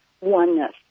oneness